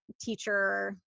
teacher